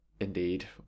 indeed